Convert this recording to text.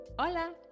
Hola